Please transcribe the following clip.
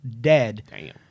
dead